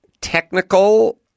technical